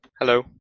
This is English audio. Hello